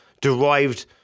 derived